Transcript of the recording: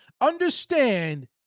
understand